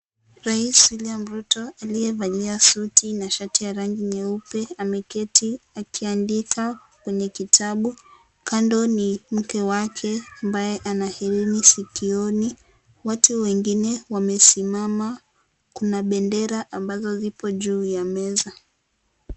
Rais William Ruto aliyevalia suti na shati ya rangi nyeupe ameketi akiandika kwenye kitabu kando ni mke wake ambaye ana herini sikioni. Watu wengine wamesimama kuna bendera ambazo zipo juu ya meza.